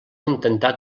intentar